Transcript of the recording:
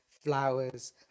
flowers